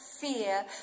fear